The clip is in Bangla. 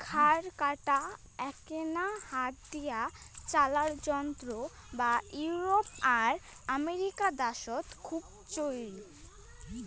খ্যার কাটা এ্যাকনা হাত দিয়া চালার যন্ত্র যা ইউরোপ আর আমেরিকা দ্যাশত খুব চইল